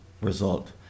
result